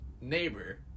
neighbor